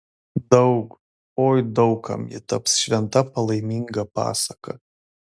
daug oi daug kam ji taps šventa palaiminga pasaka